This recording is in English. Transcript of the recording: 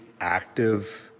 active